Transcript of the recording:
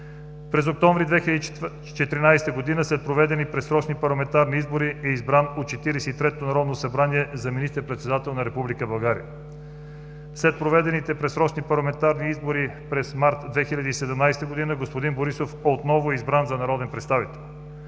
През октомври 2014 г. след проведени предсрочни парламентарни избори е избран от Четиридесети третото народно събрание за министър-председател на Република България. След проведените предсрочни парламентарни избори през месец март 2017 г. господин Борисов отново е избран за народен представител.